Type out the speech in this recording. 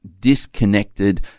disconnected